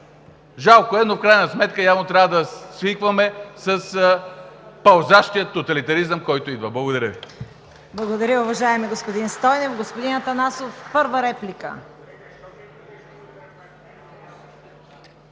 Жалко е, но в крайна сметка явно трябва да свикваме с пълзящия тоталитаризъм, който идва. Благодаря Ви.